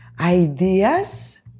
ideas